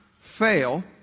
fail